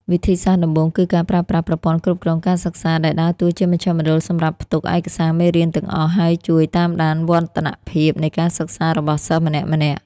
វិធីសាស្ត្រដំបូងគឺការប្រើប្រាស់ ប្រព័ន្ធគ្រប់គ្រងការសិក្សា ដែលដើរតួជាមជ្ឈមណ្ឌលសម្រាប់ផ្ទុកឯកសារមេរៀនទាំងអស់ ហើយជួយតាមដានវឌ្ឍនភាពនៃការសិក្សារបស់សិស្សម្នាក់ៗ។